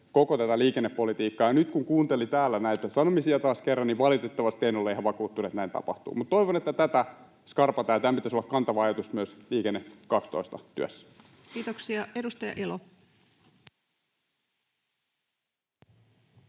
koko liikennepolitiikkaa. Nyt kun kuunteli täällä näitä sanomisia taas kerran, niin valitettavasti en ole ihan vakuuttunut, että näin tapahtuu. Mutta toivon, että tätä skarpataan, ja tämän pitäisi olla kantava ajatus myös Liikenne 12 ‑työssä. [Speech 493]